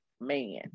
man